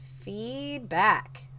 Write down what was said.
feedback